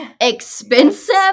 Expensive